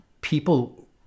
people